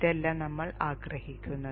ഇതല്ല നമ്മൾ ആഗ്രഹിക്കുന്നത്